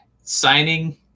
signing